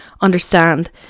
understand